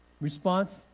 response